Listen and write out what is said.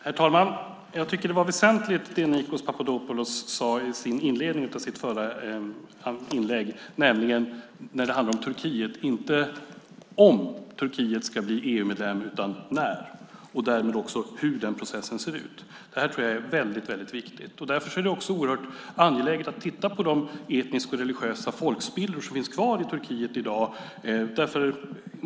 Herr talman! Jag tycker att det Nikos Papadopoulos sade om Turkiet i inledningen av sitt förra inlägg var väsentligt, nämligen att frågan inte är om Turkiet ska bli EU-medlem utan när och därmed också hur den processen ser ut. Det här tror jag är väldigt viktigt. Därför är det också oerhört angeläget att titta på de etniska och religiösa folkspillror som finns kvar i Turkiet i dag.